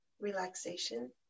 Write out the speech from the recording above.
relaxation